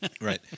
Right